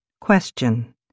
Question